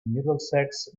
middlesex